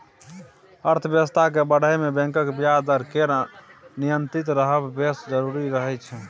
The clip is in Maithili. अर्थबेबस्था केँ बढ़य मे बैंकक ब्याज दर केर नियंत्रित रहब बेस जरुरी रहय छै